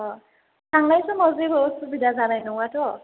अ थांनाय समाव जेबो असुबिदा जानाय नङाथ'